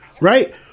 Right